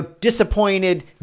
disappointed